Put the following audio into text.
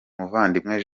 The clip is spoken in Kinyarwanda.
muvandimwe